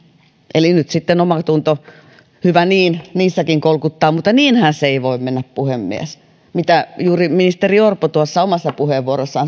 eli nyt sitten omatunto hyvä niin niissäkin kolkuttaa mutta niinhän se ei voi mennä puhemies mitä juuri ministeri orpo omassa puheenvuorossaan